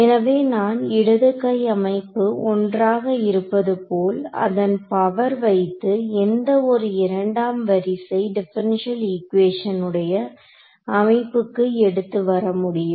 எனவே நான் இடது கை அமைப்பு ஒன்றாக இருப்பதுபோல் அதன் பவர் வைத்து எந்த ஒரு இரண்டாம் வரிசை டிபரன்ஷியல் ஈக்குவேசன் உடைய அமைப்புக்கு எடுத்து வர முடியும்